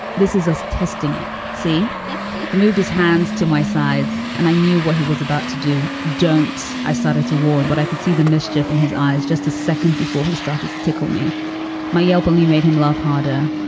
this is us testing it. see, he moved his hands to my sides and i knew what he was about to do. don't. i started to warn. but i can see the mischief in his eyes. just a second before he started to tickle me my yelping. he made him laugh harder,